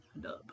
dub